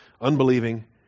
unbelieving